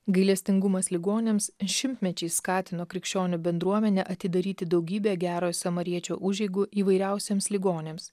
gailestingumas ligoniams šimtmečiais skatino krikščionių bendruomenę atidaryti daugybę gero samariečio užeigų įvairiausiems ligoniams